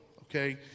okay